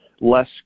less